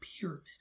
pyramid